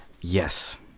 Yes